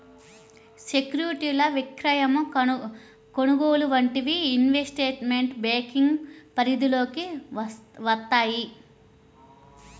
సెక్యూరిటీల విక్రయం, కొనుగోలు వంటివి ఇన్వెస్ట్మెంట్ బ్యేంకింగ్ పరిధిలోకి వత్తయ్యి